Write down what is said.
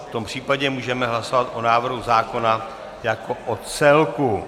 V tom případě můžeme hlasovat o návrhu zákona jako o celku.